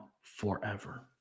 forever